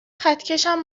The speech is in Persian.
خطکشم